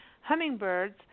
hummingbirds